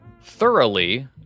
thoroughly